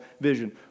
vision